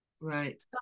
Right